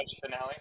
finale